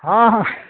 ହଁ ହଁ